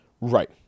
Right